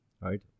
right